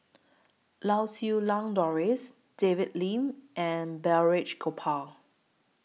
Lau Siew Lang Doris David Lim and Balraj Gopal